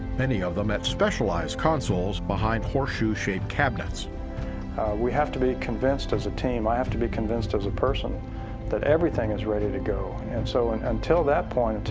many of them at specialized consoles behind horseshoe-shaped cabinets. leinbach we have to be convinced as a team, i have to be convinced as a person that everything is ready to go and and so and until that point,